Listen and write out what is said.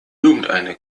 irgendeine